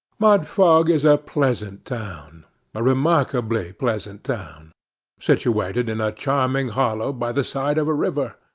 mudfog is a pleasant town a remarkably pleasant town situated in a charming hollow by the side of a river,